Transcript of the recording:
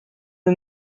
sie